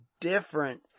different